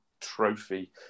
trophy